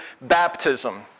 baptism